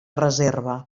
reserva